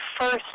first